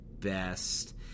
best